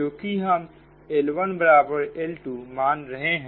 क्योंकि हम L1 बराबर L2 मान रहे हैं